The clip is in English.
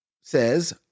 says